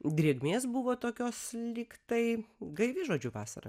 drėgmės buvo tokios lygtai gaivi žodžiu vasara